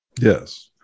Yes